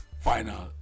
final